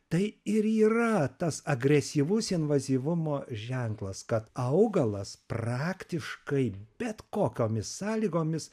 tai ir yra tas agresyvus invazyvumo ženklas kad augalas praktiškai bet kokiomis sąlygomis